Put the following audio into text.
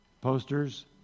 posters